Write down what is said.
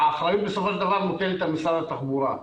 האחריות בסופו של דבר מוטלת על משרד התחבורה.